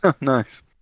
nice